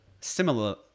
similar